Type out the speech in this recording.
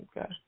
Okay